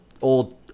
old